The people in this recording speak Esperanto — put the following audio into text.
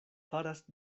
faras